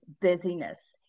busyness